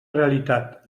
realitat